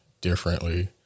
differently